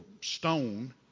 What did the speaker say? stone